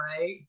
right